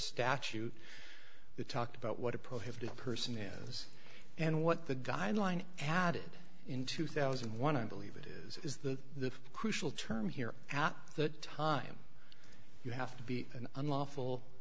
statute that talked about what a prohibited person is and what the guideline added in two thousand and one i believe it is is that the crucial term here at that time you have to be an unlawful